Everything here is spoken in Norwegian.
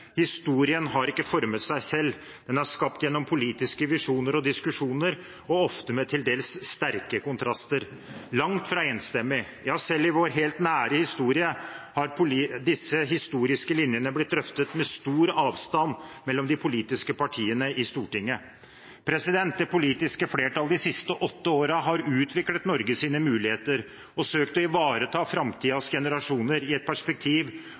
Historien har ikke formet seg selv, den er skapt gjennom politiske visjoner og diskusjoner og ofte med til dels sterke kontraster – langt fra enstemmig. Ja, selv i vår helt nære historie har disse historiske linjene blitt drøftet med stor avstand mellom de politiske partiene i Stortinget. Det politiske flertallet de siste åtte årene har utviklet Norges muligheter og søkt å ivareta framtidens generasjoner i et perspektiv